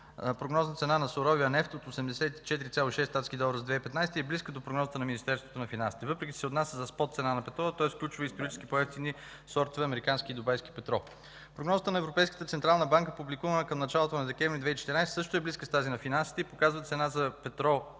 прогнозна цена на суровия нефт от 84,6 щатски долара за 2015 г. и е близка до прогнозата на Министерството на финансите, въпреки че се отнася за спот цена на петрола, тоест включват исторически по-евтините сортове американски и дубайски петрол. Прогнозата на Европейската централна банка, публикувана към началото на месец декември 2014 г., също е близка с тази на Министерството на финансите и показва цена за петрол